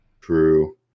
True